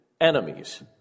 enemies